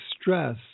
stress